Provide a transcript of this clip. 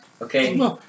Okay